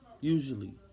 Usually